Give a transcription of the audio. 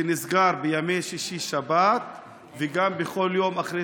שנסגר בימים שישי ושבת וגם בכל יום אחרי